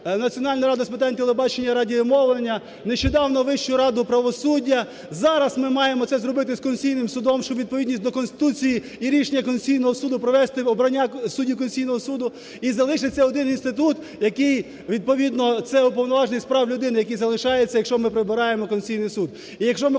Національну раду з питань телебачення і радіомовлення, нещодавно Вищу раду правосуддя, зараз ми маємо це зробити з Конституційним Судом, щоб у відповідність до Конституції і рішення Конституційного Суду провести обрання судді Конституційного Суду. І залишиться один інститут, який відповідно… це Уповноважений з прав людини, який залишається, якщо ми прибираємо Конституційний Суд. І якщо ми